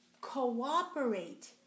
cooperate